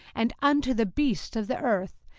and unto the beasts of the earth,